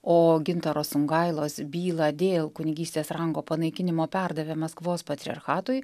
o gintaro songailos bylą dėl kunigystės rango panaikinimo perdavė maskvos patriarchatui